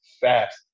fast